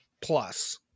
Plus